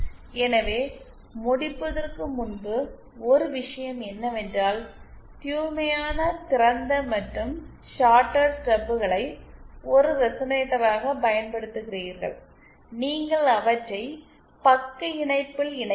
எனவே முடிப்பதற்கு முன்பு ஒரு விஷயம் என்னவென்றால் தூய்மையான திறந்த மற்றும் ஷார்டட் ஸ்டப்களை ஒரு ரெசனேட்டராகப் பயன்படுத்துகிறீர்கள் நீங்கள் அவற்றை பக்க இணைப்பில் இணைக்க வேண்டும்